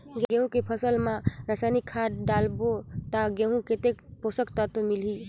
गंहू के फसल मा रसायनिक खाद डालबो ता गंहू कतेक पोषक तत्व मिलही?